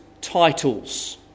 Titles